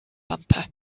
bumper